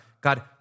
God